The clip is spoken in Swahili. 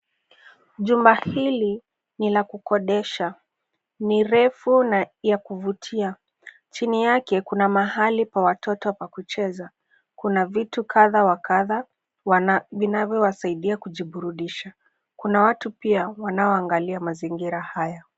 Jumba hili ni la kukodesha. Ni refu na ya kuvutia. Chini yake kuna mahali pa watoto pa kucheza. Kuna vitu kadha wa kadha vinavyowasaidia kujiburudisha. Kuna watu pia wanaoangalia mazingira haya.